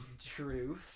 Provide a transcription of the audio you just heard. True